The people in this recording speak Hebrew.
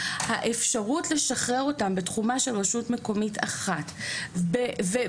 האפשרות לשחרר אותם בתחומה של רשות מקומית אחת ובכך